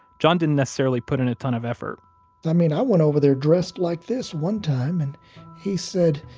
john didn't necessarily put in a ton of effort i mean, i went over there dressed like this one time, and he said,